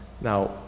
Now